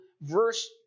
verse